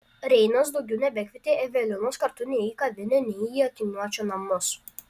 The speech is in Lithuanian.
reinas daugiau nebekvietė evelinos kartu nei į kavinę nei į akiniuočio namus